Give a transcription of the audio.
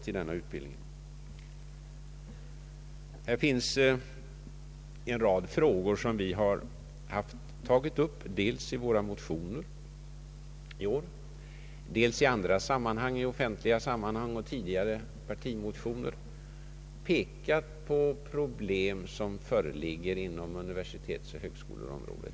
Moderata samlingspartiet har tagit upp en rad frågor, dels i våra motioner i år, dels i tidigare partimotioner och i andra offentliga sammanhang. Vi har påpekat de problem som föreligger inom universitetsoch högskoleområdet.